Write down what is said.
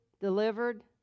delivered